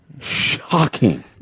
Shocking